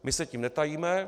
My se tím netajíme.